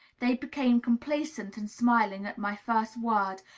they became complaisant and smiling at my first word,